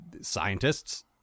scientists